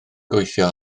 gweithio